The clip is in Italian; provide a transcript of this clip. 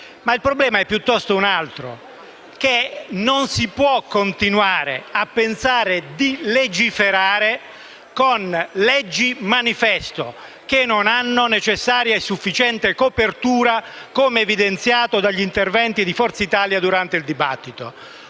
Il problema, piuttosto, è un altro: non si può continuare a pensare di legiferare con leggi manifesto che non hanno necessaria e sufficiente copertura, come evidenziato dagli interventi dei membri del Gruppo di Forza Italia durante il dibattito.